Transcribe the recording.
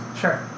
Sure